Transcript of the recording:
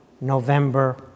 November